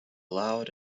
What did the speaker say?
loud